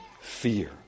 fear